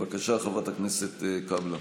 בבקשה, חברת הכנסת קאבלה.